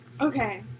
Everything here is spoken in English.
Okay